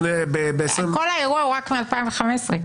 כל האירוע הוא רק מ-2015.